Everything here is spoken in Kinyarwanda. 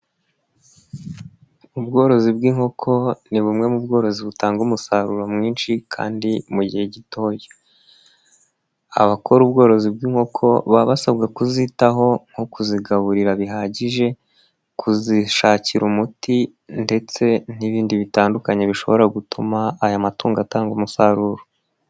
Ubworozi bw'inkoko ni bumwe mu bworozi butanga umusaruro mwinshi kandi mu gihe gitoya, abakora ubworozi bw'inkoko babasabwa kuzitaho nko kuzigaburira bihagije, kuzishakira umuti ndetse n'ibindi bitandukanye bishobora gutuma aya matungo atanga umusaruro.